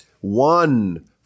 one